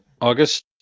august